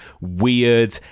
weird